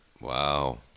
wow